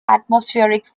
atmospheric